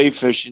fishing